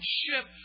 ship